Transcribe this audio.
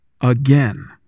again